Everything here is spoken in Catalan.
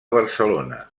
barcelona